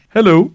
Hello